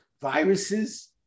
viruses